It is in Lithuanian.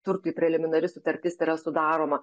turkui preliminari sutartis yra sudaroma